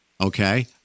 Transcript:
Okay